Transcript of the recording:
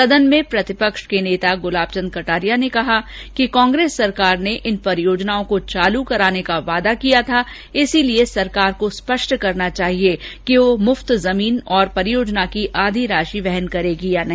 सदन में प्रतिपक्ष के नेता गुलाब चंद कटारिया ने कहा कि कांग्रेस सरकार ने इन परियोजनाओं को चालू कराने का वादा किया था इसीलिए सरकार को स्पष्ट करना चाहिए कि वह मुफत जमीन और परियोजना की आधी राषि वहन करेगी या नहीं